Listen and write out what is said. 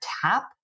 tap